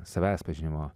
savęs pažinimo